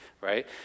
right